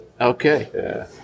Okay